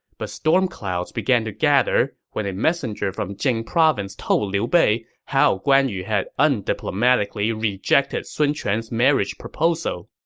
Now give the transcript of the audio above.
but storm clouds began to gather when a messenger from jing province told liu bei how guan yu had undiplomatically rejected sun quan's marriage proposal.